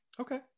Okay